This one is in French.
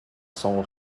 son